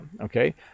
okay